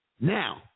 Now